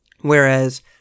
Whereas